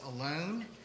alone